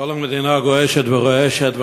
כל המדינה גועשת ורועשת,